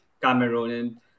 Cameroon